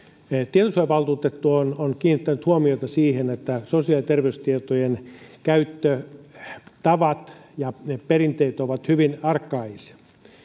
tietosuojavaltuutettu on on kiinnittänyt huomiota siihen että sosiaali ja terveystietojen käyttötavat ja perinteet ovat hyvin arkaaisia